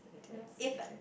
if